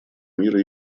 мира